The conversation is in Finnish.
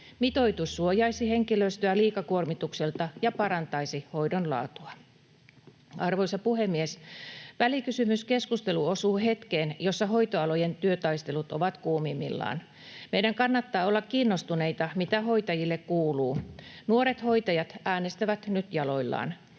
Mitoitus suojaisi henkilöstöä liikakuormitukselta ja parantaisi hoidon laatua. Arvoisa puhemies! Välikysymyskeskustelu osuu hetkeen, jossa hoitoalojen työtaistelut ovat kuumimmillaan. Meidän kannattaa olla kiinnostuneita siitä, mitä hoitajille kuuluu. Nuoret hoitajat äänestävät nyt jaloillaan.